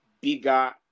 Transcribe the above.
bigger